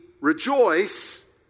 rejoice